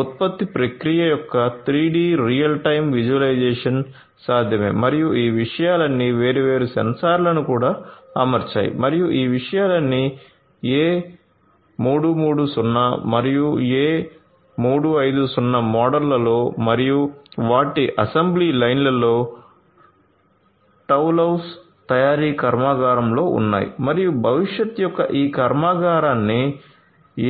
ఉత్పత్తి ప్రక్రియ యొక్క 3 డి రియల్ టైమ్ విజువలైజేషన్ సాధ్యమే మరియు ఈ విషయాలన్నీ వేర్వేరు సెన్సార్లను కూడా అమర్చాయి మరియు ఈ విషయాలన్నీ A330 మరియు A350 మోడళ్లలో మరియు వాటి అసెంబ్లీ లైన్లలో టౌలౌస్ తయారీ కర్మాగారంలో ఉన్నాయి మరియు భవిష్యత్ యొక్క ఈ కర్మాగారాన్ని